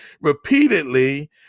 repeatedly